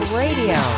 radio